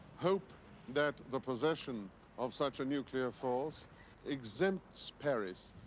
hope that the possession of such a nuclear force exempts paris,